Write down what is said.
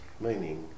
meaning